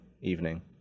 evening